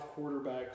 quarterbacks